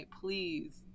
Please